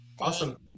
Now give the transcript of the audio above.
Awesome